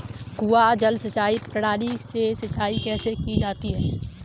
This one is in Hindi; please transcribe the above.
कुआँ जल सिंचाई प्रणाली से सिंचाई कैसे की जाती है?